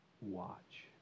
Watch